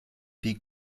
die